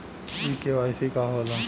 इ के.वाइ.सी का हो ला?